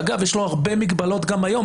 שאגב יש לו הרבה מגבלות גם היום,